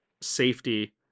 safety